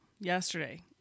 yesterday